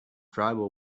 tribal